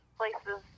places